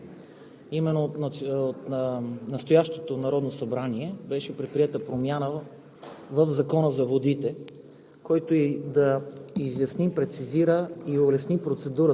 предприе своя концептуална промяна през 2019 г. Именно от настоящото Народно събрание беше предприета промяна в Закона за водите,